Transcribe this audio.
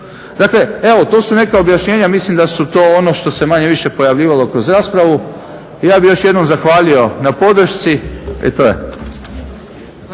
Dakle, evo to su neka objašnjenja. Mislim da su to ono što se manje-više pojavljivalo kroz raspravu. Ja bih još jednom zahvalio na podršci i to je.